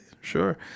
sure